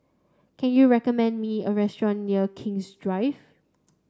can you recommend me a restaurant near King's Drive